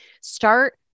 start